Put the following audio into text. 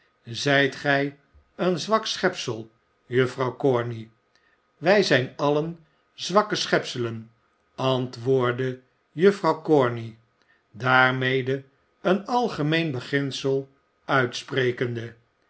zijt gij een zwak schepsel juffrouw corney wij zijn allen zwakke schepselen antwoordt de juffrouw corney daarmede een algemeen beginsel uitsprekende